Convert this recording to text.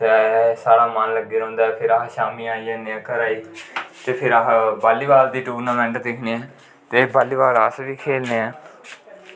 ते साढ़ा मन लग्गी रौंह्दा ऐ फिर अस शाम्मी आई जन्ने आं घरै गी ते फिर अस बाल्ली बाल दी टूर्नामैंट दिक्खने ते बाल्ली बाल अस बी खेलने ऐ